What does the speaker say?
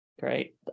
Great